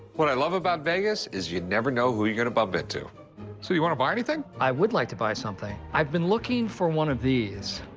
what i love about vegas is you never know who you're going to bump into. so, you want to buy anything? i would like to buy something. i've been looking for one of these.